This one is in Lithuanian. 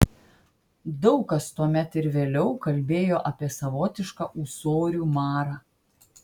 daug kas tuomet ir vėliau kalbėjo apie savotišką ūsorių marą